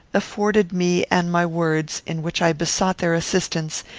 afforded me and my words, in which i besought their assistance,